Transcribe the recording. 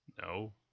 No